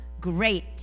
great